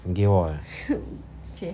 你给我 okay